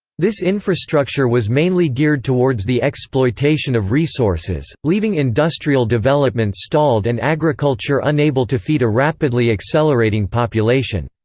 this infrastructure was mainly geared towards the exploitation of resources, leaving industrial development stalled and agriculture unable to feed a rapidly accelerating population.